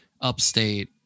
upstate